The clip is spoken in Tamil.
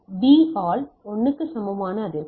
எனவே D ஆல் 1 க்கு சமமான அதிர்வெண்